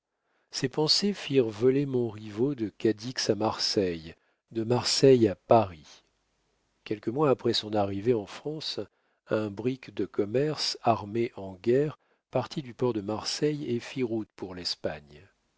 ces pensées firent voler montriveau de cadix à marseille de marseille à paris quelques mois après son arrivée en france un brick de commerce armé en guerre partit du port de marseille et fit route pour l'espagne